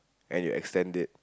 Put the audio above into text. and you extend it